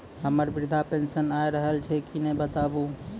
हमर वृद्धा पेंशन आय रहल छै कि नैय बताबू?